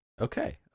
Okay